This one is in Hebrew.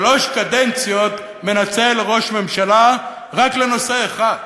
שלוש קדנציות מנצל ראש הממשלה רק לנושא אחד: